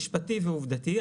משפטי ועובדתי,